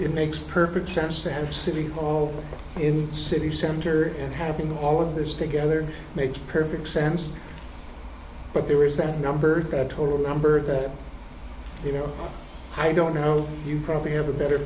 it makes perfect sense to have city hall in city center and having all of this together makes perfect sense but there is that number good total number that you know i don't know you probably have a better